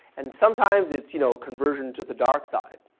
and sometimes it's, you know, conversion to the dark side.